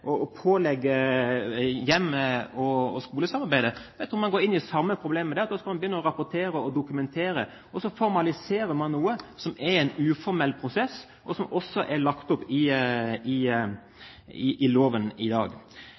man går inn i det samme problemet der – man skal begynne å rapportere og dokumentere, og så formaliserer man noe som er en uformell prosess, og som ligger i loven i